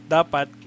Dapat